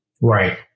Right